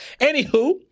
Anywho